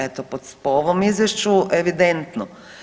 Eto, po ovom izvješću evidentno.